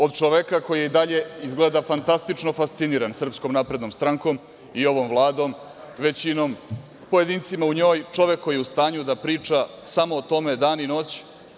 Od čoveka koji je i dalje izgleda fantastično fasciniran SNS i ovom Vladom, većinom, pojedincima u njoj, čovek koji je u stanju da priča samo o tome dan i noć.